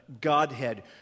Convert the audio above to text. Godhead